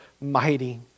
mighty